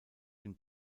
den